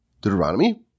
Deuteronomy